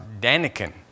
Daniken